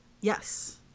yes